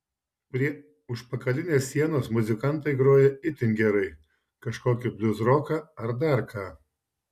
prie užpakalinės sienos muzikantai groja itin gerai kažkokį bliuzroką ar dar ką